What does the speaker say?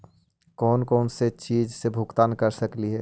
कौन कौन चिज के भुगतान कर सकली हे?